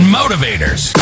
motivators